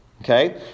Okay